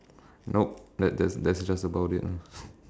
nope that that that's just about it lah